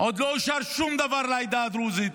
עוד לא אושר שום דבר לעדה הדרוזית,